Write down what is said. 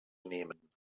nehmen